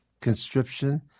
conscription